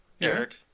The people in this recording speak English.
Eric